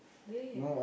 really ah